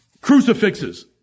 Crucifixes